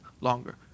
longer